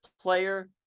player